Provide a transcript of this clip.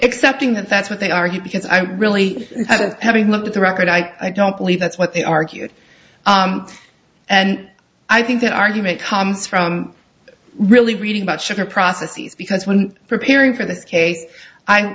accepting that that's what they argue because i really wasn't having looked at the record i don't believe that's what they argued and i think that argument comes from really reading about sugar processes because when preparing for this case i